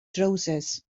drywsus